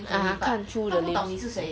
(uh huh) 看 through the names